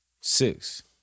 six